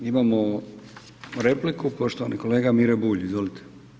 Imamo repliku, poštovani kolega Miro Bulj, izvolite.